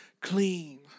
clean